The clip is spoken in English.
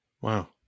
Wow